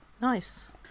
nice